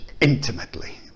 intimately